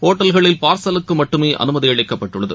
ஒட்டல்களில் பார்சலுக்குமட்டுமேஅனுமதிஅளிக்கப்பட்டுள்ளது